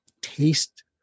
taste